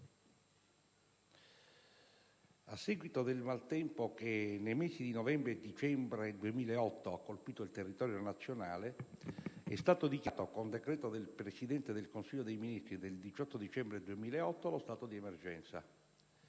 a seguito del maltempo che, nei mesi di novembre e dicembre 2008, ha colpito il territorio nazionale, è stato dichiarato, con decreto del Presidente del Consiglio dei ministri del 18 dicembre 2008, lo stato di emergenza.